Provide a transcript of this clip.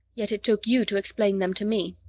yet it took you to explain them to me!